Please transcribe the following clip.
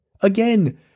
Again